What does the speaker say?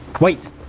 Wait